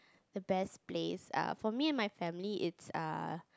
the best place ah for me and my family is uh